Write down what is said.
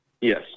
Yes